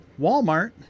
Walmart